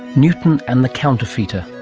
newton and the counterfeiter,